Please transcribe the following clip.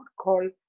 call